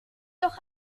doch